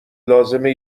لازمه